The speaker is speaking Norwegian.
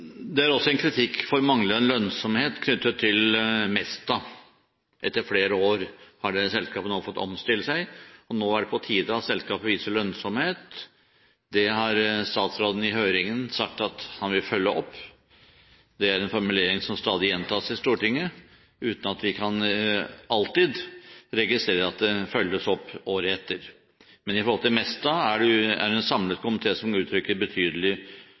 Det er også en kritikk for manglende lønnsomhet knyttet til Mesta. Etter flere år har det selskapet nå fått omstille seg, og nå er det på tide at selskapet viser lønnsomhet. Det har statsråden i høringen sagt at han vil følge opp. Det er en formulering som stadig gjentas i Stortinget, uten at vi alltid kan registrere at det følges opp året etter. Men i forhold til Mesta er det en samlet komité som uttrykker betydelig